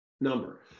number